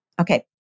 Okay